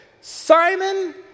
Simon